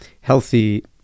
healthy